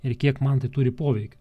ir kiek man tai turi poveikį